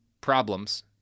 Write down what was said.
problems